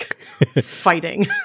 fighting